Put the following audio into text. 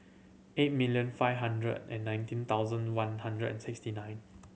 eight million five hundred and nineteen thousand one hundred and sixty nine